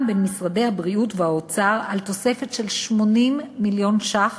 בין משרדי הבריאות והאוצר על תוספת של 80 מיליון ש"ח